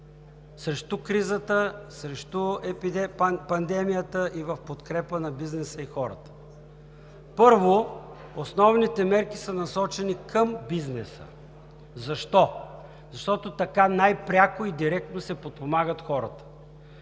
срещу кризата, срещу пандемията и в подкрепа на бизнеса и хората. Първо, основните мерки са насочени към бизнеса. Защо? Защото така най-пряко и директно се подпомагат хората.